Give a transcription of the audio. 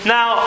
Now